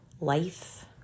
life